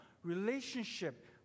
relationship